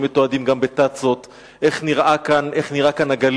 מתועדים גם בתצ"אות: איך נראה כאן הגליל,